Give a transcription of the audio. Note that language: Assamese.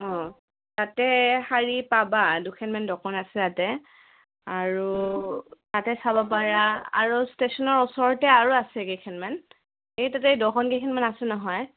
অঁ তাতে শাৰী পাবা দুখনমান দোকান আছে তাতে আৰু তাতে চাব পাৰা আৰু ষ্টেচনৰ ওচৰতে আৰু আছে কেইখনমান এই তাতে দোকান কেইখনমান আছে নহয়